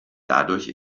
dadurch